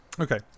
Okay